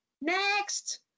next